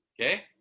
Okay